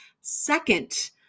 second